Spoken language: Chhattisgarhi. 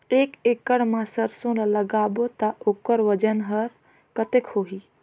एक एकड़ मा सरसो ला लगाबो ता ओकर वजन हर कते होही?